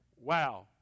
wow